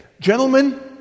gentlemen